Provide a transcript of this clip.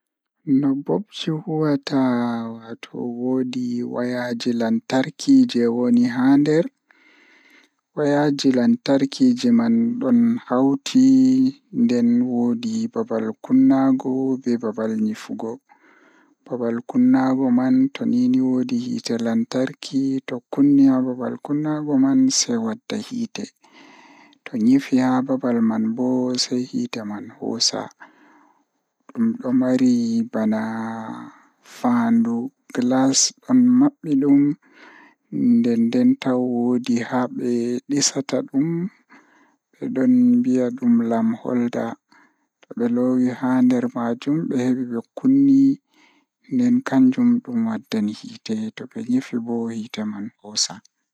Laawol lightbulb, ngal rewɓe njiddaade firti rewɓe sabu rewti njamaaji fiyaangu. Ko laawol ngorko, rewɓe njiddaade laawol ngorko, ngorko ngaayngol rewɓe hoore fiyaangu. Ko njoɓdi ngal ngal, ƴeewte ngal rewɓe fiyaangu.